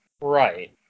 Right